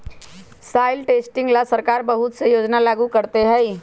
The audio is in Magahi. सॉइल टेस्टिंग ला सरकार बहुत से योजना लागू करते हई